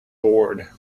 board